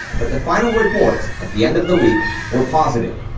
but the final reports at the end of the week were positive.